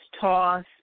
toss